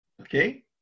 Okay